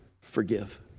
forgive